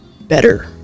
better